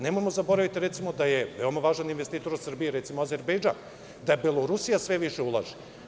Nemojmo zaboraviti, recimo, da je veoma važan investitor u Srbiji, recimo, Azerbejdžan, da Belorusija sve više ulaže.